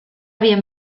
bien